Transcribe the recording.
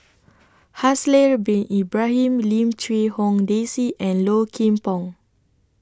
Haslir Bin Ibrahim Lim Quee Hong Daisy and Low Kim Pong